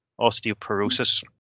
osteoporosis